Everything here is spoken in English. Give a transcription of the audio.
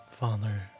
Father